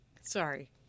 Sorry